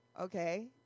Okay